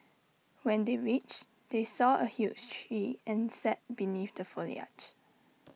when they reached they saw A huge tree and sat beneath the foliage